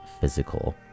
Physical